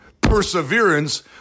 perseverance